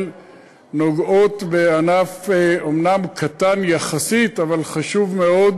נוגעות בענף אומנם קטן יחסית אבל חשוב מאוד.